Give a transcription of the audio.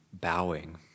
bowing